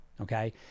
okay